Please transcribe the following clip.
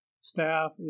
staff